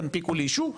תנפיקו לי אישור.